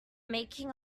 making